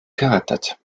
gerettet